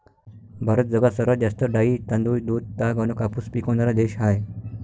भारत जगात सर्वात जास्त डाळी, तांदूळ, दूध, ताग अन कापूस पिकवनारा देश हाय